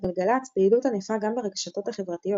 לגלגלצ פעילות ענפה גם ברשתות החברתיות.